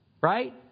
right